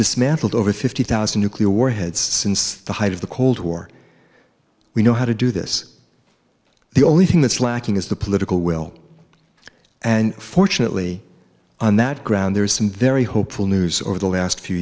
dismantled over fifty thousand nuclear warheads since the height of the cold war we know how to do this the only thing that's lacking is the political will and fortunately on that ground there is some very hopeful news over the last few